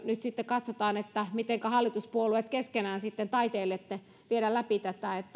nyt sitten katsotaan että mitenkä hallituspuolueet keskenään sitten taiteilette viedä läpi tätä